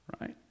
Right